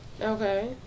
Okay